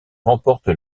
remporte